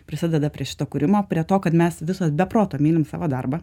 prisideda prie šito kūrimo prie to kad mes visos be proto mylim savo darbą